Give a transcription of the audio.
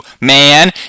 man